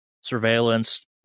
surveillance